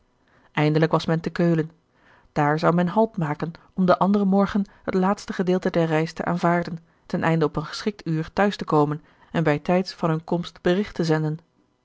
eindelijk was men te keulen daar zou men halt maken om den anderen morgen het laatste gedeelte der reis te aanvaarden ten einde op een geschikt uur t huis te komen en bij tijds van hunne komst berigt te zenden